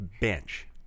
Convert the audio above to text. bench